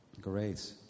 Great